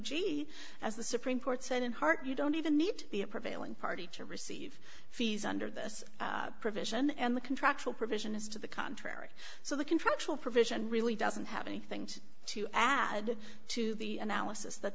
g as the supreme court said in heart you don't even need the prevailing party to receive fees under this provision and the contractual provision is to the contrary so the contractual provision really doesn't have anything to add to the analysis that